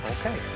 Okay